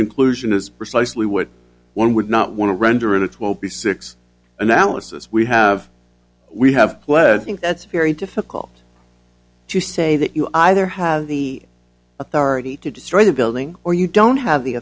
conclusion is precisely what one would not want to render and it won't be six analysis we have we have pled think that's very difficult to say that you either have the authority to destroy the building or you don't have the